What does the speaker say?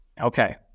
Okay